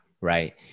right